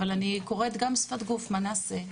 אבל אני קוראת גם שפת גוף מה נעשה?